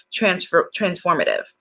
transformative